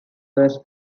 was